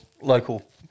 local